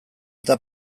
eta